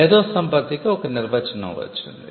మేధో సంపత్తికి ఒక నిర్వచనం వచ్చింది